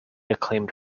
acclaimed